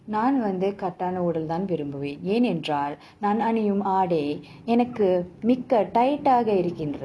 நான் வந்து கட்டான உடல்தான் விரும்புவேன் ஏனென்றால் நான் அணியும் ஆடை எனக்கு மிக்க:naan vanthu kattaana udalthaan virumbuvaen yaenendral naan aniyum aadai enakku mikka tight ஆக இருக்கின்றது:aaga irukkinrathu